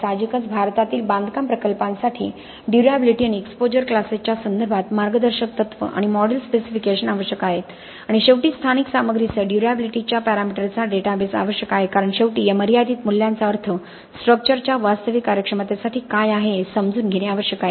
साहजिकच भारतातील बांधकाम प्रकल्पांसाठी ड्युर्याबिलिटी आणि एक्सपोजर क्लासेसच्या संदर्भात मार्गदर्शक तत्त्वे आणि मॉडेल स्पेसिफिकेशन आवश्यक आहेत आणि शेवटी स्थानिक सामग्रीसह ड्युर्याबिलिटीच्या पॅरामीटर्सचा डेटाबेस आवश्यक आहे कारण शेवटी या मर्यादित मूल्यांचा अर्थ स्ट्रक्चर च्या वास्तविक कार्यक्षमतेसाठी काय आहे हे समजून घेणे आवश्यक आहे